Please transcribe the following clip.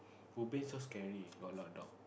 ubin so scary got a lot of dog